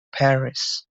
paris